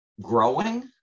growing